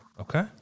Okay